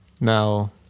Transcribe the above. Now